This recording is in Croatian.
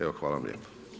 Evo hvala vam lijepo.